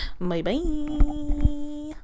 Bye-bye